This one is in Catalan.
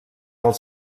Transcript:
els